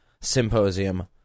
Symposium